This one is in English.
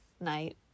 night